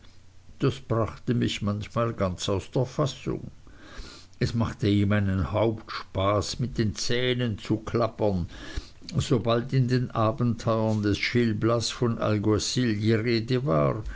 das brachte mich manchmal ganz aus der fassung es machte ihm einen hauptspaß mit den zähnen zu klappern sobald in den abenteuern des gil blas von alguazil die rede war